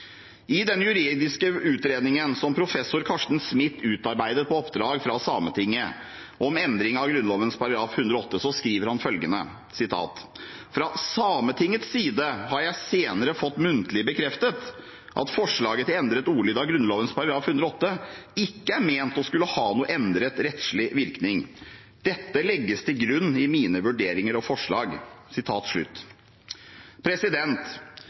I den juridiske utredningen som professor Carsten Smith utarbeidet på oppdrag fra Sametinget om endring av Grunnloven § 108, skriver han følgende: «Fra Sametingets side har jeg senere fått muntlig bekreftet at forslaget til endret ordlyd av Grunnlovens § 108 ikke er ment å skulle ha noen endret rettslig virkning. Dette legges til grunn i mine vurderinger og forslag.»